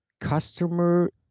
customer